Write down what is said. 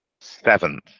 seventh